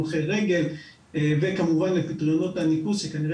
הולכי רגע וכמובן לפתרונות הניקוז שכנראה